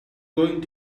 going